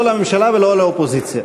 לא לממשלה ולא לאופוזיציה.